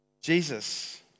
Jesus